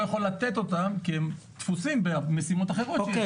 יכול לתת אותם כי הם תפוסים במשימות אחרות שיש להם,